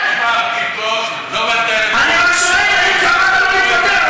לא קראת לו להתפטר?